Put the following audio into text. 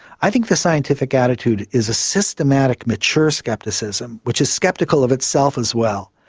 i think the scientific attitude is a systematic mature scepticism, which is sceptical of itself as well.